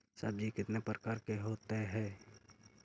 सब्जी कितने प्रकार के होते है?